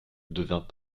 devint